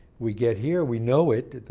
we get here, we know it.